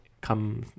come